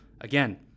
Again